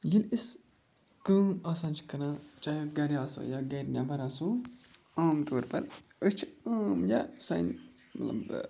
ییٚلہِ أسۍ کٲم آسان چھِ کَران چاہے گَرِ آسو یا گَرِ نٮ۪بَر آسو عام طور پَر أسۍ چھِ عام یا سانہِ مطلب